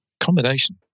Accommodation